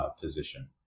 position